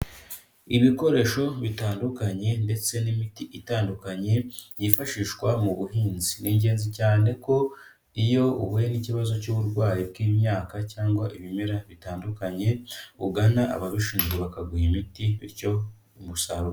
Ibikoresho bitandukanye ndetse n'imiti itandukanye, byifashishwa mu buhinzi. Ni ingenzi cyane ko iyo uhuye n'ikibazo cy'uburwayi bw'imyaka cyangwa ibimera bitandukanye, ugana ababishinzwe bakaguha imiti bityo umusaruro.